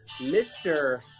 Mr